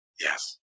Yes